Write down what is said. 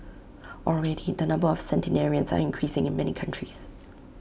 already the number of centenarians are increasing in many countries